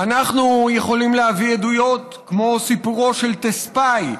אנחנו יכולים להביא עדויות כמו סיפורו של טספאי,